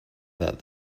that